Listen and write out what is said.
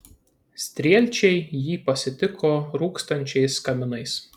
strielčiai jį pasitiko rūkstančiais kaminais